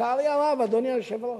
לצערי הרב, אדוני היושב-ראש,